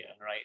right